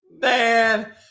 Man